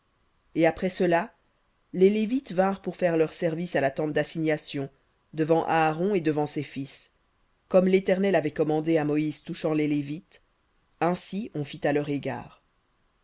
et après cela les lévites vinrent pour faire leur service à la tente d'assignation devant aaron et devant ses fils comme l'éternel avait commandé à moïse touchant les lévites ainsi on fit à leur égard